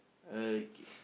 okay